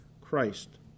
Christ